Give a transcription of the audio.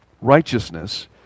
righteousness